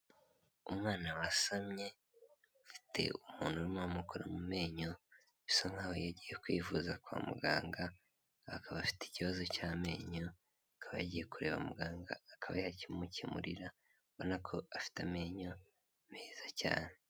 Umwana wasamye ufite umuntu urimo uramukora mu menyo, bisa nkaho yagiye kwivuza kwa muganga, akaba afite ikibazo cy'amenyo, akaba yagiye kureba muganga akaba yakimukemurira, urabona ko afite amenyo meza cyane.